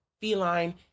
feline